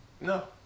no